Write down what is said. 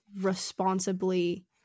responsibly